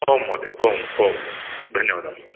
आम् महोदय आम् आम् धन्यवादः महोदयः